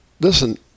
listen